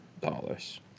dollars